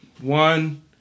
one